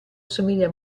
somiglia